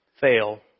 fail